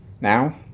now